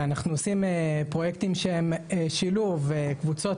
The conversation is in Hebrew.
אנחנו עושים פרויקטים שהם שילוב קבוצות